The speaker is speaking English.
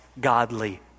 godly